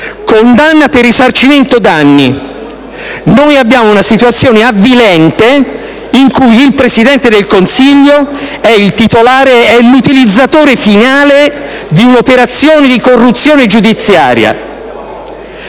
condanna per risarcimento danni. Viviamo in una situazione avvilente in cui il Presidente del Consiglio è l'utilizzatore finale di un'operazione di corruzione giudiziaria